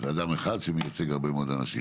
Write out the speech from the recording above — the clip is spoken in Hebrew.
זה אדם אחד שמייצג הרבה מאוד אנשים.